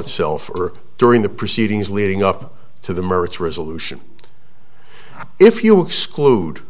itself or during the proceedings leading up to the merits resolution if you exclude